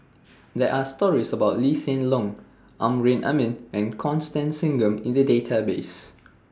There Are stories about Lee Hsien Loong Amrin Amin and Constance Singam in The Database